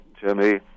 Jimmy